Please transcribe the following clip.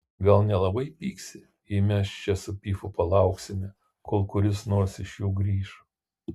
gal nelabai pyksi jei mes čia su pifu palauksime kol kuris nors iš jų grįš